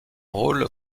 rôle